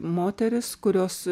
moterys kurios